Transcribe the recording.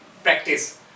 Practice